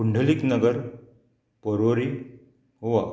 Pundalik Nagar Porvorim Goa